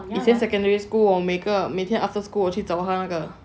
以前 secondary school 我每天 after school 我去找他那个